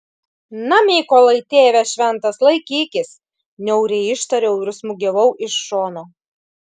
na mykolai tėve šventas laikykis niauriai ištariau ir smūgiavau iš šono